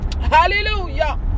Hallelujah